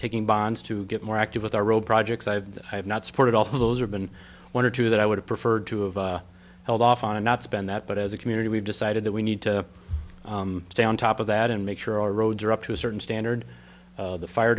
taking bonds to get more active with our road projects i have not supported all of those or been one or two that i would have preferred to have held off on and not spend that but as a community we've decided that we need to stay on top of that and make sure our roads are up to a certain standard the fire